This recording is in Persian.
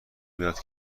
بیاد